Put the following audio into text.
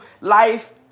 life